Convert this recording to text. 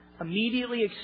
immediately